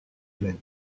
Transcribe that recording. pleine